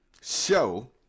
show